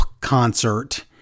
concert